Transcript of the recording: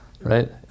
right